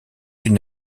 une